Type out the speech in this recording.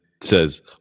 says